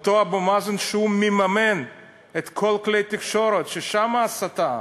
אותו אבו מאזן שמממן את כל כלי התקשורת ששם ההסתה.